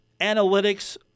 analytics